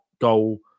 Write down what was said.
goal